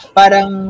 parang